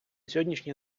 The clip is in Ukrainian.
сьогоднішній